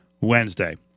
Wednesday